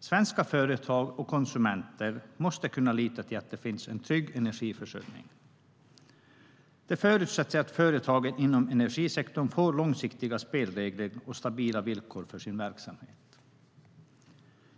Svenska företag och konsumenter måste kunna lita på att det finns en trygg energiförsörjning. Det förutsätter att företagen inom energisektorn får långsiktiga spelregler och stabila villkor för sin verksamhet.